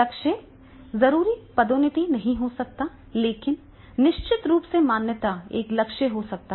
लक्ष्य जरूरी पदोन्नति नहीं हो सकता है लेकिन निश्चित रूप से मान्यता एक लक्ष्य हो सकता है